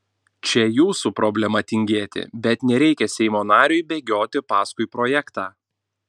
čia jūsų problema tingėti bet nereikia seimo nariui bėgioti paskui projektą